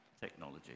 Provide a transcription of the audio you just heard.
technology